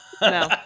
No